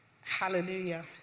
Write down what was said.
Hallelujah